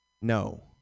no